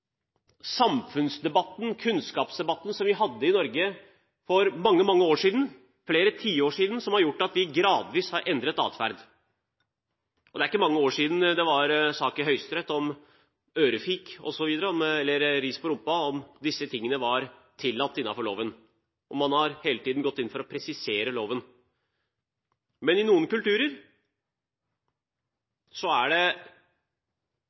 samfunnsdebatten, kunnskapsdebatten, som vi hadde i Norge for mange, mange år siden – for flere tiår siden – som har gjort at vi gradvis har endret atferd. Det er ikke mange år siden det var en sak i Høyesterett om hvorvidt ørefik eller ris på rumpa var tillatt; var innenfor loven. Man har hele tiden gått inn for å presisere loven. Men i noen kulturer er det dette som gjelder: Man må oppdra barn med vold fordi det